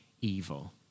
evil